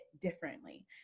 differently